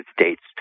States